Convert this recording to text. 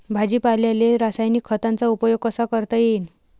भाजीपाल्याले रासायनिक खतांचा उपयोग कसा करता येईन?